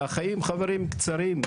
והחיים, חברים, קצרים.